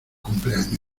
cumpleaños